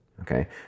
Okay